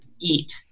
eat